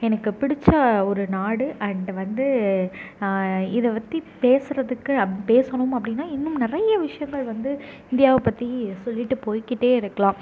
எனக்கு பிடிச்ச ஒரு நாடு அண்டு வந்து இதை பற்றி பேசுகிறதுக்கு பேசணும் அப்படின்னா இன்னும் நிறைய விஷயங்கள் வந்து இந்தியாவை பற்றி சொல்லிகிட்டு போய்கிட்டே இருக்கலாம்